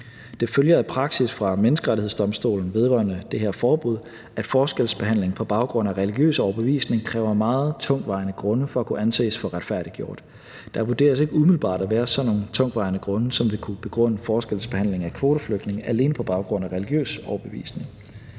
Det følger af praksis fra Menneskerettighedsdomstolen vedrørende det her forbud, at forskelsbehandling på baggrund af religiøs overbevisning kræver meget tungtvejende grunde for at kunne anses for retfærdiggjort. Der vurderes ikke umiddelbart at være sådan nogle tungtvejende grunde, som ville kunne begrunde forskelsbehandling af kvoteflygtninge alene på baggrund af religiøs overbevisning.